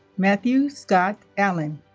matthew scott allan